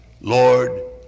Lord